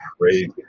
crazy